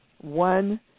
One